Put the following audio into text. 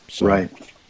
Right